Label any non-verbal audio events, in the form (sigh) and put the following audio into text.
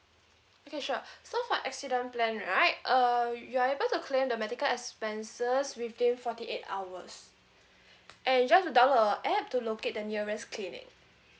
okay sure (breath) so for accident plan right err you are able to claim the medical expenses within forty eight hours (breath) and you just have to download our app to locate the nearest clinic